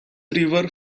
river